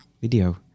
Video